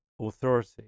authority